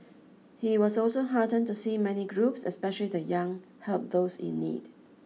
he was also heartened to see many groups especially the young help those in need